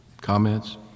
comments